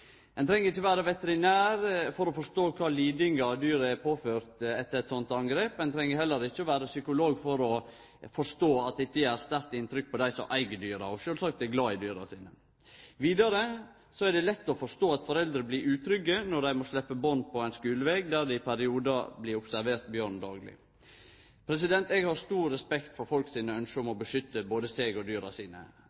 Ein treng ikkje vere veterinær for å forstå kva lidingar dyret er påført etter eit slikt angrep. Ein treng heller ikkje å vere psykolog for å forstå at dette gjer eit sterkt inntrykk på dei som eig dyra, og som sjølvsagt er glade i dyra sine. Vidare er det lett å forstå at foreldre blir utrygge når dei må sleppe barn ut på ein skuleveg der det i periodar dagleg blir observert bjørn. Eg har stor respekt for folks ynske om å beskytte både seg sjølve og husdyra sine.